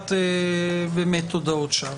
יצירת הודאות שווא,